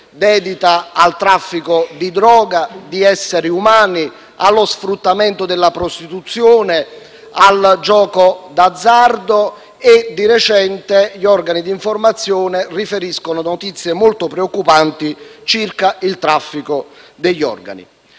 dedita al traffico di droga, di esseri umani, allo sfruttamento della prostituzione, al gioco d'azzardo e, di recente, gli organi di informazione riferiscono notizie molto preoccupanti circa il traffico degli organi.